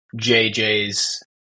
JJ's